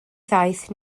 ddaeth